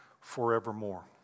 forevermore